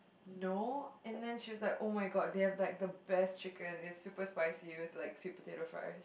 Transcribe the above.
no and then she was like [oh]-my-god they have like the best chicken it's super spicy with like sweet potato fry